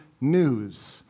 news